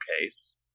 case